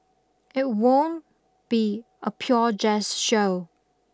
it won't be a pure Jazz show